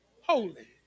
holy